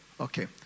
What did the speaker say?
Okay